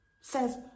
says